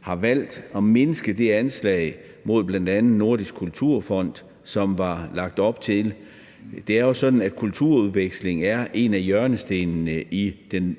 har valgt at mindske de anslag mod bl.a. Nordisk Kulturfond, som der var lagt op til. Det er jo sådan, at kulturudveksling er en af hjørnestenene i